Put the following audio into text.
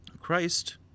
Christ